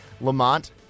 Lamont